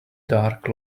dark